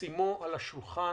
לשים על השולחן.